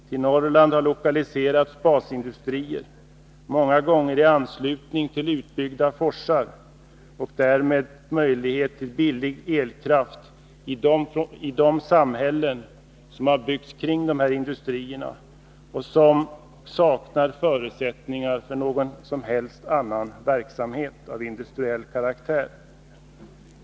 Till Norrland har lokaliserats basindustrier — många gånger i anslutning till utbyggda forsar och därmed möjlighet till billig elkraft i de samhällen som har byggts kring de här industrierna och som saknar förutsättningar för någon som helst annan verksamhet av industriell karaktär.